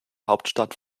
hauptstadt